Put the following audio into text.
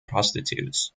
prostitutes